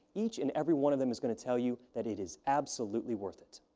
each and every one of them is going to tell you that it is absolutely worth it.